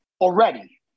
already